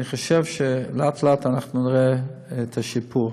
אני חושב שלאט-לאט נראה את השיפור.